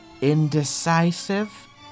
indecisive